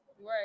Right